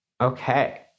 Okay